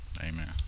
Amen